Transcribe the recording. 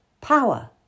power